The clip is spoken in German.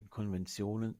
konventionen